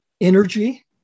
energy